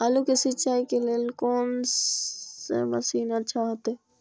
आलू के सिंचाई के लेल कोन से मशीन अच्छा होते?